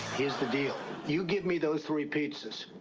here's the deal. you give me those three pizzas,